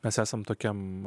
mes esam tokiam